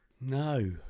No